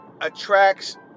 attracts